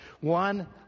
One